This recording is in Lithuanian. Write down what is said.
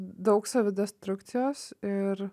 daug savidestrukcijos ir